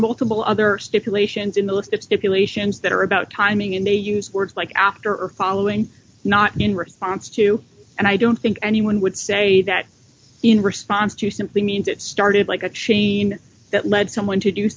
multiple other stipulations in the list of stipulations that are about timing and they use words like after or following not mean response to and i don't think anyone would say that in response to simply means it started like a chain that led someone to do